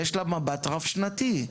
יש מבט רב שנתי.